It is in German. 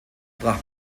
brach